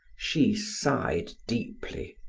she sighed deeply,